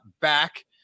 back